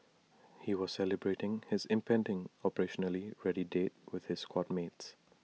he was celebrating his impending operationally ready date with his squad mates